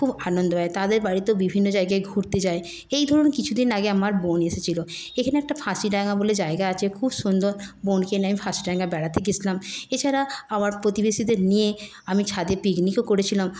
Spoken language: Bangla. খুব আনন্দ হয় তাদের বাড়িতেও বিভিন্ন জায়গায় ঘুরতে যাই এই ধরুন কিছুদিন আগে আমার বোন এসছিল এখানে একটি ফাঁসিডাঙ্গা বলে জায়গা আছে খুব সুন্দর বোনকে নিয়ে আমি ফাঁসিডাঙ্গায় বেড়াতে গেছিলাম এছাড়া আমার প্রতিবেশীদের নিয়ে আমি ছাদে পিকনিকও করেছিলাম